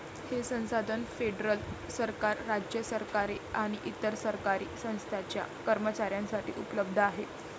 हे संसाधन फेडरल सरकार, राज्य सरकारे आणि इतर सरकारी संस्थांच्या कर्मचाऱ्यांसाठी उपलब्ध आहे